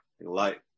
Light